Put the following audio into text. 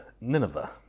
Nineveh